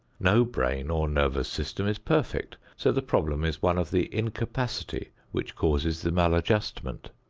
no brain or nervous system is perfect, so the problem is one of the incapacity which causes the maladjustment.